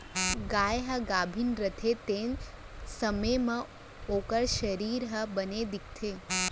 गाय ह गाभिन रथे तेन समे म ओकर सरीर ह बने दिखथे